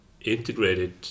integrated